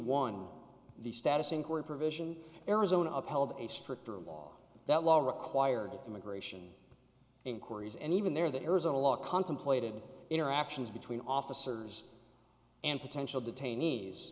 one the status inquiry provision arizona upheld a stricter law that law required immigration inquiries and even there the arizona law contemplated interactions between officers and potential detainees